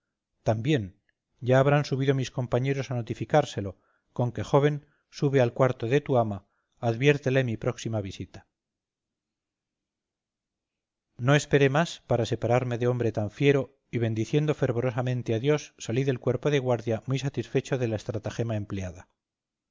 también ya habrán subido mis compañeros a notificárselo con que joven sube al cuarto de tu ama adviértele mi próxima visita no esperé más para separarme de hombre tan fiero y bendiciendo fervorosamente a dios salí del cuerpo de guardia muy satisfecho de la estratagema empleada